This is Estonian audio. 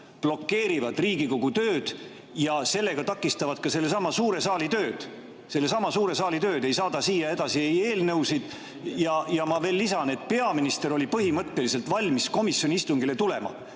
blokeerivad Riigikogu tööd ja sellega takistavad ka sellesama suure saali tööd? Sellesama suure saali tööd, kuna ei saada siia eelnõusid edasi. Ja ma veel lisan, et peaminister oli põhimõtteliselt valmis komisjoni istungile tulema,